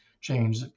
change